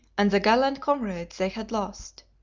and the gallant comrades they had lost.